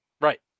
Right